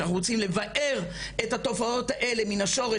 שאנחנו רוצים לבער את התופעות האלה מן השורש,